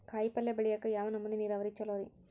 ಕಾಯಿಪಲ್ಯ ಬೆಳಿಯಾಕ ಯಾವ ನಮೂನಿ ನೇರಾವರಿ ಛಲೋ ರಿ?